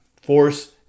force